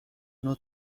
نوع